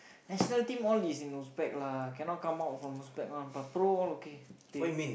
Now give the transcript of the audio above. nationality team all is in Uzbek lah cannot come out from Uzbek